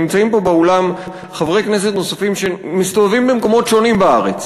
ונמצאים פה באולם חברי כנסת נוספים שמסתובבים במקומות שונים בארץ,